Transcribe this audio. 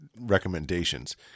recommendations